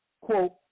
quote